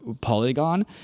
Polygon